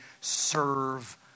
serve